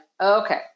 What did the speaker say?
okay